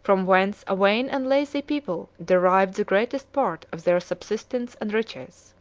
from whence a vain and lazy people derived the greatest part of their subsistence and riches.